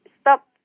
stop